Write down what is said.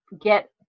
get